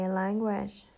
language